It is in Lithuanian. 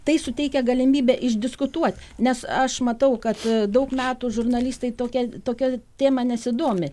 tai suteikia galimybę išdiskutuot nes aš matau kad daug metų žurnalistai tokia tokia tema nesidomi